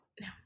no